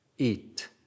Eat